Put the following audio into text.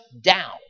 down